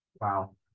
Wow